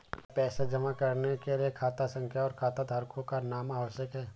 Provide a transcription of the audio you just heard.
क्या पैसा जमा करने के लिए खाता संख्या और खाताधारकों का नाम आवश्यक है?